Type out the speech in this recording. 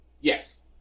Yes